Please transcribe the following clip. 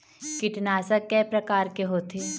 कीटनाशक कय प्रकार के होथे?